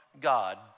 God